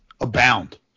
abound